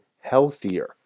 healthier